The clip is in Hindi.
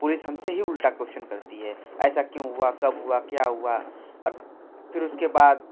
पुलिस हम से ही उल्टा क्वेशन करती है ऐसा क्यों हुआ कब हुआ क्या हुआ और फिर उसके बाद